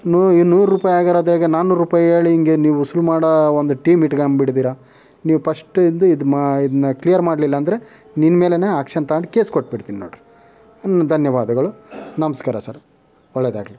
ನೂ ನೂರು ರೂಪಾಯಿ ಆಗಿರೋದ್ರಗೆ ನಾನೂರು ರೂಪಾಯಿ ಹೇಳಿ ಹಿಂಗೆ ನೀವು ವಸೂಲು ಮಾಡೋ ಒಂದು ಟೀಮ್ ಇಟ್ಕಂಬಿಟ್ಟಿದೀರ ನೀವು ಪಸ್ಟಿಂದು ಇದು ಮಾ ಇದನ್ನ ಕ್ಲಿಯರ್ ಮಾಡ್ಲಿಲ್ಲಾಂದರೆ ನಿನ್ನಮೇಲೆನೇ ಆ್ಯಕ್ಷನ್ ತಗಂಡು ಕೇಸ್ ಕೊಟ್ಬಿಡ್ತೀನಿ ನೋಡಿರಿ ಇನ್ನು ಧನ್ಯವಾದಗಳು ನಮಸ್ಕಾರ ಸರ್ ಒಳ್ಳೆದಾಗಲಿ